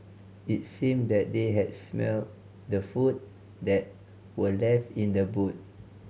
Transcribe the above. it seemed that they had smelt the food that were left in the boot